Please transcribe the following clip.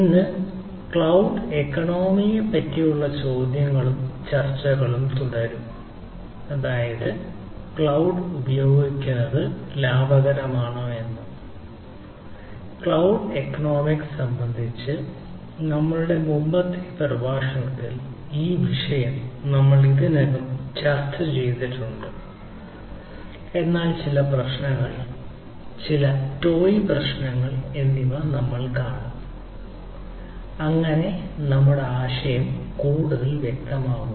ഇന്ന് ക്ലൌഡ് എക്കണോമിപറ്റിയുള്ള ചോദ്യങ്ങളും ചർച്ചകളും തുടരും അതായത് ക്ലൌഡ് ഉപയോഗിക്കുന്നത് ലാഭകരമാണോ എന്ന് ക്ലൌഡ് ഇക്കണോമിക്സ് പ്രശ്നങ്ങൾ എന്നിവ നമ്മൾ കാണും അങ്ങനെ ഇത് നമ്മളുടെ ആശയം കൂടുതൽ വ്യക്തമാക്കുന്നു